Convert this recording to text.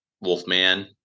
Wolfman